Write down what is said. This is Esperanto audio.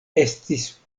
estis